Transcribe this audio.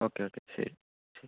okay okay ശരി ശരി